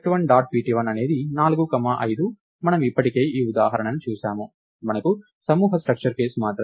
pt1 అనేది 4 5 మనము ఇప్పటికే ఈ ఉదాహరణను చూశాము మనకు సమూహ స్ట్రక్చర్ కేసు మాత్రమే ఉంది